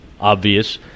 obvious